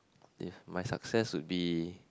if my success would be